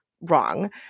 wrong